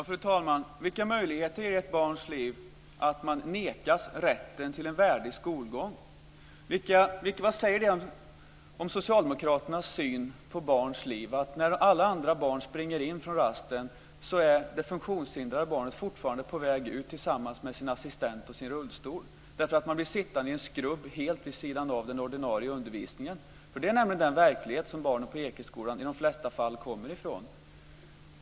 Fru talman! Vilka möjligheter ger det i ett barns liv att det nekas rätten till en värdig skolgång? Vad säger det om socialdemokraternas syn på barns liv, att när alla andra barn springer in från rasten så är det funktionshindrade barnet fortfarande på väg ut tillsammans med sin assistent och sin rullstol därför att det blir sittande i en skrubb helt vid sidan av den ordinarie undervisningen. Det är nämligen den verklighet som barnen på Ekeskolan i de flesta fall kommer ifrån.